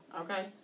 okay